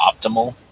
optimal